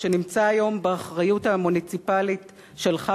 שנמצא היום באחריות המוניציפלית שלך,